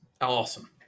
Awesome